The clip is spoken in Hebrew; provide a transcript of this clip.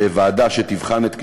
ועדה שתבחן את כניסתם.